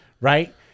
right